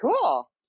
cool